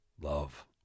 love